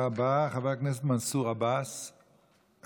חבר הכנסת מנסור עבאס, איננו.